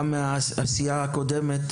גם מהעשייה הקודם,